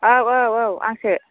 औ औ औ आंसो